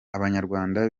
abanyarwanda